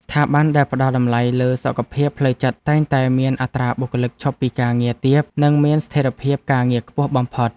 ស្ថាប័នដែលផ្តល់តម្លៃលើសុខភាពផ្លូវចិត្តតែងតែមានអត្រាបុគ្គលិកឈប់ពីការងារទាបនិងមានស្ថិរភាពការងារខ្ពស់បំផុត។